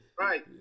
Right